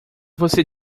você